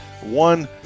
One